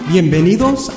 Bienvenidos